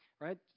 right